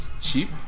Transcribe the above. cheap